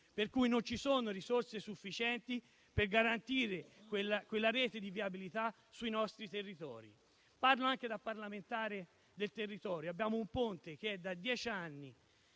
per cui non ci sono risorse sufficienti per garantire quella rete di viabilità sui nostri territori. Parlo anche da parlamentare del territorio. Abbiamo un ponte che è da dieci anni